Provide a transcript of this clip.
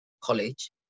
college